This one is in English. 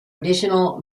additional